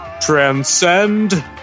transcend